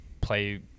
play